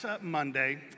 Monday